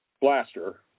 Blaster